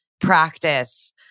practice